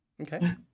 Okay